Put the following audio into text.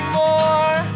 more